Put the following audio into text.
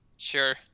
Sure